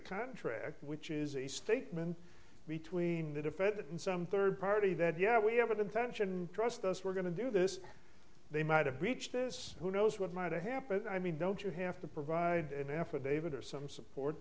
contract which is a statement between the defendant and some third party that yeah we have an intention trust us we're going to do this they might have breached this who knows what might happen i mean don't you have to provide an affidavit or some support